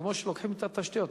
כמו שלוקחים את התשתיות,